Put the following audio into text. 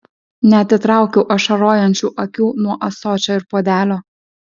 neatitraukiau ašarojančių akių nuo ąsočio ir puodelio